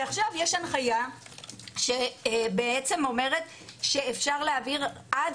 ועכשיו יש הנחיה שאומרת שאפשר להעביר עד